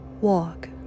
Walk